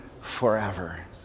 forever